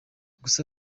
gusa